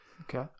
Okay